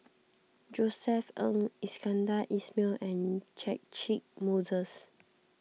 Josef Ng Iskandar Ismail and Moses